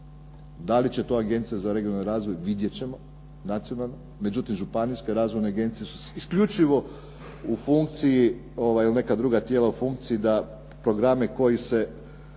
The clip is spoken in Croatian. da li će to Agencija za regionalni razvoj vidjet ćemo. Međutim, županijske razvojne agencije su isključivo u funkciji ili neka druga tijela u funkciji da programe koji se